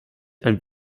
ein